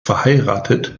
verheiratet